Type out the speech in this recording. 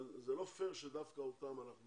אבל זה לא פייר שדווקא אותם אנחנו